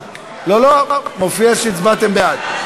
מופיע שהצבעתם בעד.